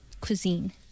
cuisine